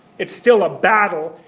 it's still a battle,